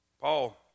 Paul